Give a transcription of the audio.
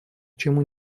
чему